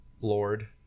lord